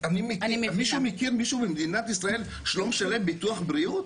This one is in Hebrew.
מישהו מכיר מישהו במדינת ישראל שלא משלם ביטוח בריאות?